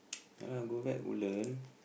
yeah lah go back Woodland